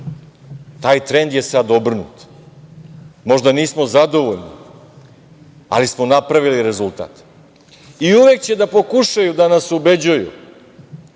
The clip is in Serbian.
Taj trend je sada obrnut, možda nismo zadovoljni, ali smo napravili rezultat i uvek će da pokušaju da nas ubeđuju